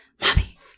mommy